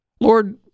Lord